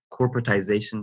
corporatization